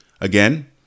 again